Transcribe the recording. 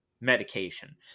medication